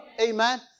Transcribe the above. Amen